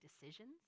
decisions